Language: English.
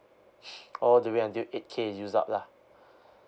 all the way until eight K is used up lah